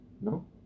no